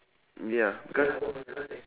ya because